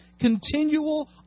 continual